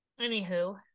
Anywho